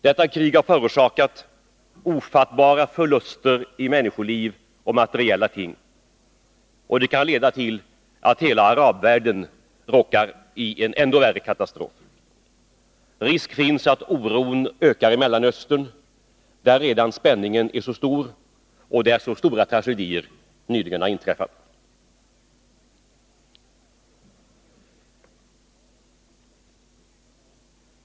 Detta krig har förorsakat ofattbara förluster i människoliv och materiella ting. Det kan leda till att hela arabvärlden råkar i en ännu värre katastrof. Risk finns att oron ökar i Mellanöstern, där redan spänningen är så stor och där så stora tragedier nyligen har inträffat.